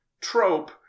trope